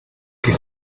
que